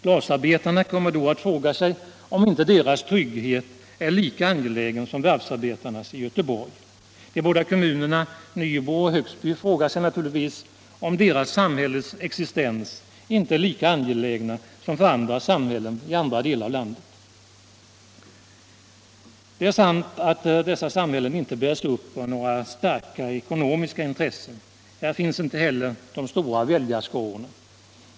Glasarbetarna kommer då att fråga sig om inte deras trygghet är lika angelägen som varvsarbetarnas i Göteborg. De båda kommunerna Nybro och Högsby frågar sig naturligtvis om inte deras samhällens existens är lika angelägen som existensen av andra samhällen i andra delar av landet. Det är sant att dessa samhällen inte bärs upp av några starka eko nomiska intressen. Här finns inte heller de stora väljarskarorna.